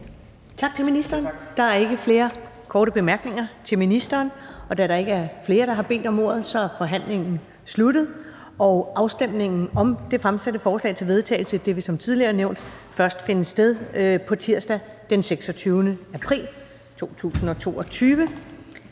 Tak til ministeren. Der er ikke flere korte bemærkninger til ministeren. Da der ikke er flere, der har bedt om ordet, er forhandlingen afsluttet. Afstemningen om det fremsatte forslag til vedtagelse vil som tidligere nævnt først finde sted på tirsdag, den 26. april 2022.